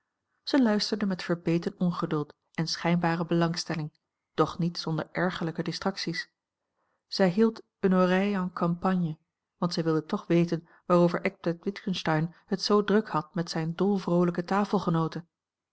zij luisterde met verbeten ongeduld en schijnbare belangstelling doch niet zonder ergerlijke distracties zij hield une oreille en campagne want zij wilde toch weten waarover eckbert witgensteyn het zoo druk had met zijne dolvroolijke tafelgenoote